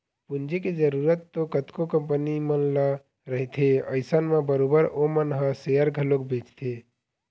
पूंजी के जरुरत तो कतको कंपनी मन ल रहिथे अइसन म बरोबर ओमन ह सेयर घलोक बेंचथे